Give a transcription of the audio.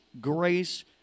grace